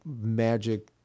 magic